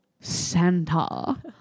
Santa